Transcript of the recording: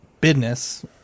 business